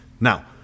Now